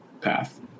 path